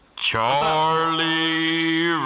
Charlie